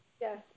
Yes